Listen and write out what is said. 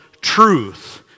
truth